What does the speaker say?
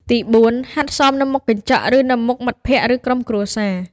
ទីបួន ហាត់សមនៅមុខកញ្ចក់ ឬនៅមុខមិត្តភក្តិ ឬក្រុមគ្រួសារ។